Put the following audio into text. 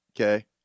Okay